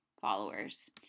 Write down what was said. followers